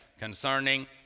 concerning